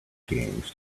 games